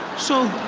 so